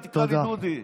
אל תקרא לי דודי.